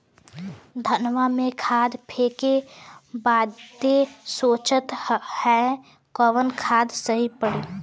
धनवा में खाद फेंके बदे सोचत हैन कवन खाद सही पड़े?